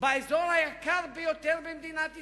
באזור היקר ביותר במדינת ישראל.